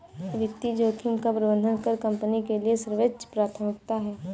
वित्तीय जोखिम का प्रबंधन हर कंपनी के लिए सर्वोच्च प्राथमिकता है